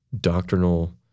doctrinal